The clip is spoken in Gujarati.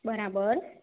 બરાબર